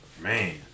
Man